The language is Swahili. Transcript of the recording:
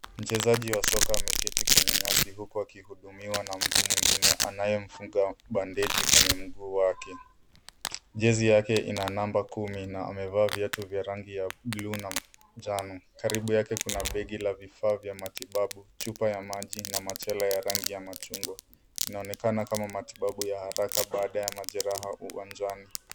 Mchezaji wa soka ameketi kwenye nyasi huku akihudumiwa na mtu mwingine anayemfunga bandaji kwenye mguu wake. Jezi yake ina namba kumi na amevaa viatu vya rangi ya blue na njano. Karibu yake kuna begi la vifaa vya matibabu, chupa ya maji na machele ya rangi ya machungwa. Inaonekana kama matibabu ya haraka baada ya majeraha uwanjani.